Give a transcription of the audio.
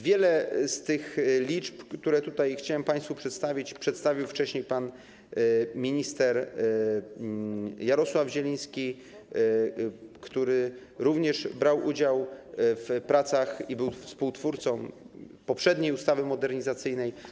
Wiele z tych liczb, które chciałem państwu przedstawić, przedstawił wcześniej pan minister Jarosław Zieliński, który również brał udział w tych pracach, był współtwórcą poprzedniej ustawy modernizacyjnej.